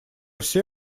все